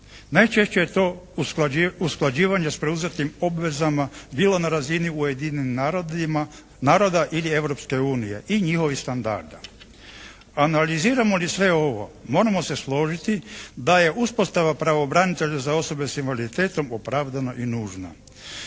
Najčešće je to usklađivanje s preuzetim obvezama bilo na razini Ujedinjenih naroda ili Europske unije i njihovih standarda. Analiziramo li sve ovo moramo se složiti da je uspostava pravobranitelja za osobe s invaliditetom opravdana i nužna.